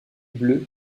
bleu